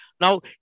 Now